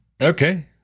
Okay